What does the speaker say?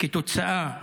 כתוצאה מהעינויים,